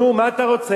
נו, מה אתה רוצה?